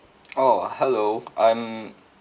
oh hello I'm